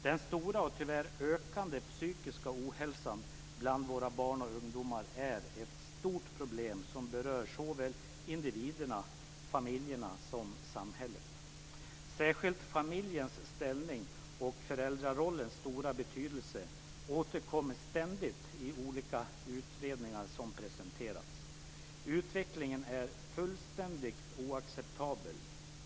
Den stora och tyvärr ökande psykiska ohälsan bland våra barn och ungdomar är ett stort problem som berör såväl individerna och familjerna som samhället. Särskilt familjens ställning och föräldrarollens stora betydelse återkommer ständigt i olika utredningar som presenterats. Utvecklingen är fullständigt oacceptabel.